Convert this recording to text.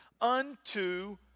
unto